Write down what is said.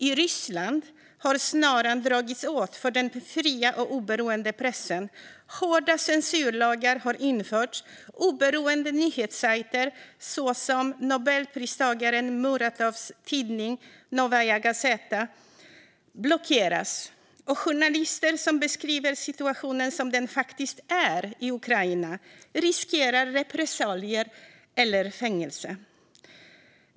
I Ryssland har snaran dragits åt för den fria och oberoende pressen. Hårda censurlagar har införts, oberoende nyhetssajter, såsom nobelpristagaren Muratovs tidning Novaja Gazeta, blockeras. Journalister som beskriver situationen som den faktiskt är i Ukraina riskerar repressalier eller fängelse.